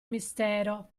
mistero